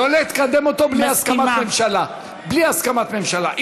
לא לקדם אותו בלי הסכמת ממשלה, בלי הסכמת ממשלה.